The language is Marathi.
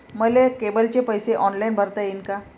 मले केबलचे पैसे ऑनलाईन भरता येईन का?